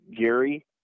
Gary